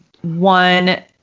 One